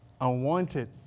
unwanted